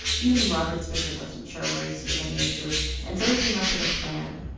even robert spitzer wasn't sure where he stood on the issue and so he came up with a plan.